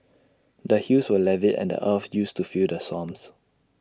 the hills were levy and the earth used to fill the swamps